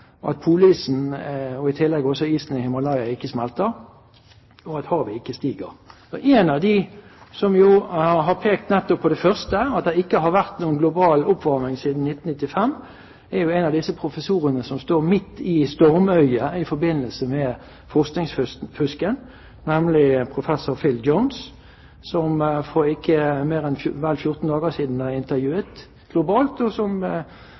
at polisen og i tillegg isen i Himalaya ikke smelter, og at havet ikke stiger. En av dem som har pekt nettopp på det første, at det ikke har vært noen global oppvarming siden 1995, er en av de professorene som står midt i stormøyet i forbindelse med forskningsfusket, nemlig professor Phil Jones, som for ikke mer enn for vel 14 dager siden ble intervjuet, og som